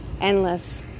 endless